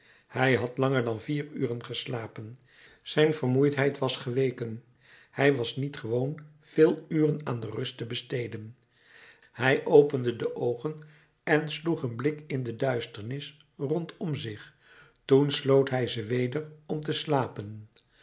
hij had langer dan vier uren geslapen zijn vermoeidheid was geweken hij was niet gewoon veel uren aan de rust te besteden hij opende de oogen en sloeg een blik in de duisternis rondom zich toen sloot hij ze weder om te slapen